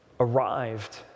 Arrived